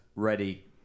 ready